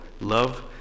love